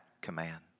command